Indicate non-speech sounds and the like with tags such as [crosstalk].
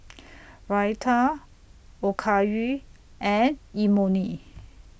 [noise] Raita Okayu and Imoni